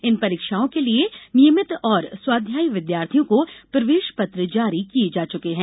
इन परीक्षाओं के लिए नियमित और स्वाध्यायी विद्यार्थियों को प्रवेष पत्र जारी किए जा चुके हैं